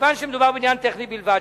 כיוון שמדובר בעניין טכני בלבד,